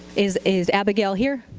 is is abigail here?